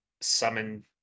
summon